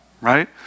right